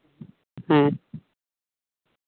ᱦᱮᱸ